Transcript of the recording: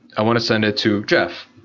i want to send it to jeff.